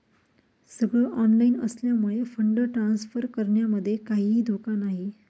सगळ ऑनलाइन असल्यामुळे fund transfer करण्यामध्ये काहीही धोका नाही